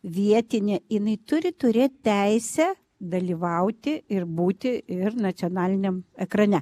vietinė jinai turi turėt teisę dalyvauti ir būti ir nacionaliniam ekrane